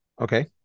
Okay